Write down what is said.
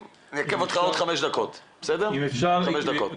אם אפשר,